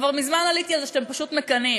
כבר מזמן עליתי על זה שאתם פשוט מקנאים,